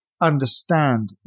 understand